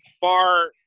far